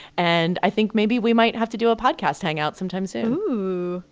and i think maybe we might have to do a podcast hangout sometime soon ooh.